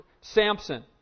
Samson